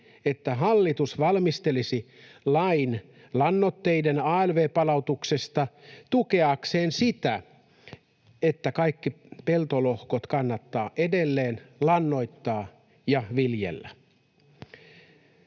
että hallitus valmistelisi lain lannoitteiden alv-palautuksesta tukeakseen sitä, että kaikki peltolohkot kannattaa edelleen lannoittaa ja viljellä.